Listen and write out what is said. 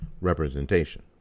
representation